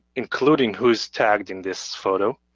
including who's tagged in this photo.